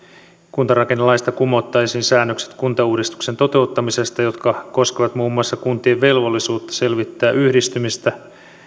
kuntarakennelaista kumottaisiin säännökset kuntauudistuksen toteuttamisesta jotka koskevat muun muassa kuntien velvollisuutta selvittää yhdistymistä